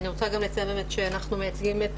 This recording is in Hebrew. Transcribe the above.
אני גם רוצה לציין שאנחנו מייצגים את